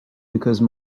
because